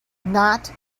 not